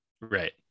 Right